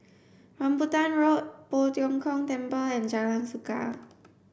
Rambutan Road Poh Tiong Kiong Temple and Jalan Suka